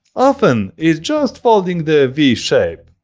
often it's just folding the v shape,